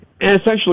essentially